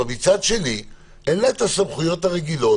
אבל מצד שני אין לה הסמכויות הרגילות.